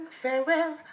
farewell